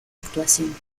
actuación